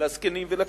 לזקנים ולקשישים.